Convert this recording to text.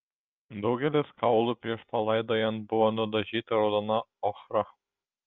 daugelis kaulų prieš palaidojant buvo nudažyti raudona ochra